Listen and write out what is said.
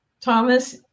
Thomas